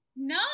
no